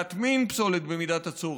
להטמין פסולת שעת הצורך,